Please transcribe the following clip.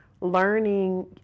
learning